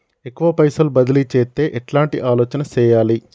ఎక్కువ పైసలు బదిలీ చేత్తే ఎట్లాంటి ఆలోచన సేయాలి?